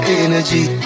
energy